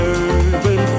urban